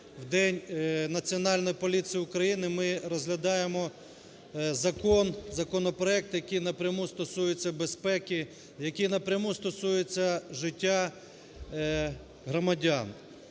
в День Національної поліції України, ми розглядаємо закон, законопроект, який напряму стосується безпеки, який напряму стосується життя громадян.